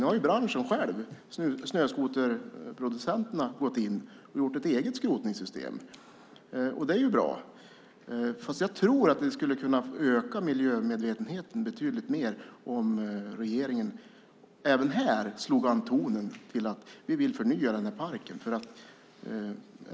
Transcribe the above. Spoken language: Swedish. Nu har branschen själv, alltså snöskoterproducenterna, gått in och gjort ett eget skrotningssystem. Det är ju bra, fast jag tror att det skulle kunna öka miljömedvetenheten betydligt mer om regeringen även här slog an tonen när det gäller att förnya fordonsparken.